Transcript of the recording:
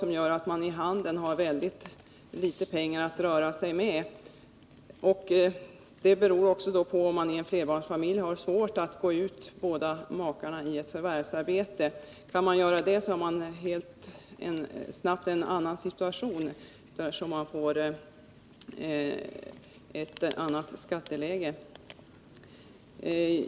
Det gör att man i handen har väldigt litet pengar att röra sig med. Det beror också på om båda makarna i en flerbarnsfamilj har svårt att gå ut i ett förvärvsarbete. Kan man göra det så har man snabbt en helt annan situation, eftersom man får ett annat skatteläge.